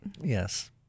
Yes